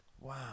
Wow